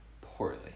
poorly